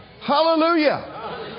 Hallelujah